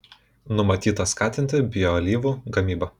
numatyta skatinti bioalyvų gamybą